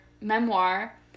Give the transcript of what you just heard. memoir